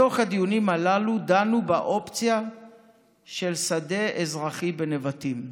בתוך הדיונים הללו דנו באופציה של שדה אזרחי בנבטים.